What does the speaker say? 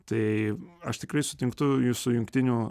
tai aš tikrai sutinku su jungtinių